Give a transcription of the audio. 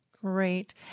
Great